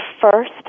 first